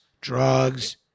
drugs